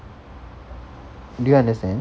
do you understand